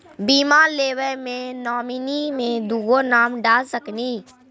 बीमा लेवे मे नॉमिनी मे दुगो नाम डाल सकनी?